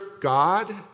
God